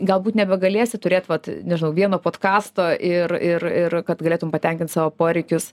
galbūt nebegalėsi turėt vat nežinau vieno potkasto ir ir ir kad galėtum patenkint savo poreikius